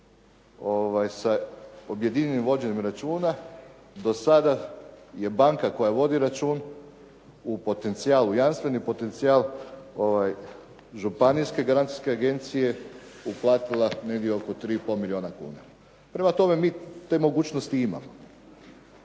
sa objedinjenim vođenjem računa, do sada je banka koja vodi račun u potencijal, u jamstveni potencijal županijske garancijske agencije uplatila negdje oko 3,5 milijuna kuna. Prema tome mi te mogućnosti imamo.